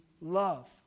love